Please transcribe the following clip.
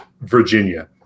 Virginia